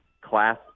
class